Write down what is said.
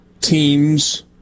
teams